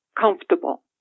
comfortable